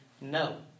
no